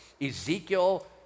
Ezekiel